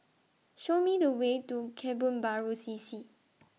Show Me The Way to Kebun Baru C C